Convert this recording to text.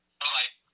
bye